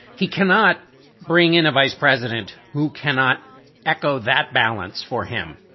he cannot bring in a vice president who cannot echo that balance for him,